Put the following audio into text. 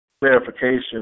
clarification